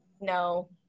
No